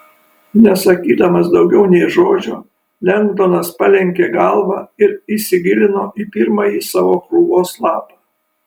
nesakydamas daugiau nė žodžio lengdonas palenkė galvą ir įsigilino į pirmąjį savo krūvos lapą